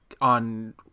on –